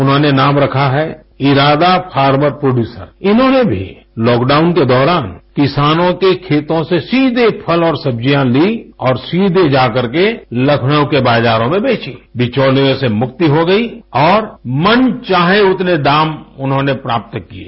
उन्होंने नाम रखा है इरादा फार्मर प्रोडयूसर इन्होंने भी लॉकडाउन के दौरान किसानों के खेतों से सीधे फल और सब्जियाँ ली और सीधे जा करके लखनऊ के बाजारों में बेची बिचौलियों से मुक्ति हो गई और मन चाहे उतने दाम उन्होंने प्राप्त किये